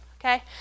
Okay